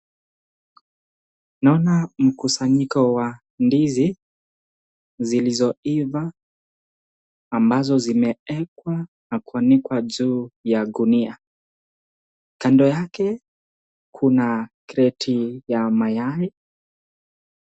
Naona mkusanyiko wa ndizi zilizo iva, ambazo zimewekwa na kuanikwa juu ya gunia, kando yake kuna kreti ya mayai.